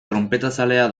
tronpetazalea